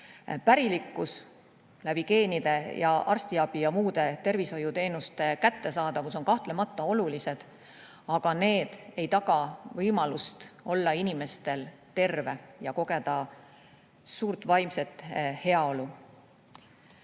Pärilikkus läbi geenide, arstiabi ja muude tervishoiuteenuste kättesaadavus on kahtlemata olulised, aga need ei taga võimalust olla terve ja kogeda suurt vaimset